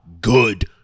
Good